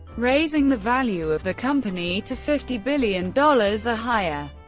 raising the value of the company to fifty billion dollars or higher.